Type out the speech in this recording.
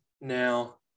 Now